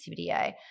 CBDA